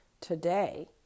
Today